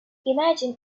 imagine